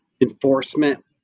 enforcement